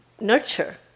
nurture